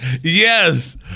Yes